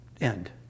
end